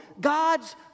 God's